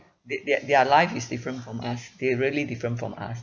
they their their life is different from us they really different from us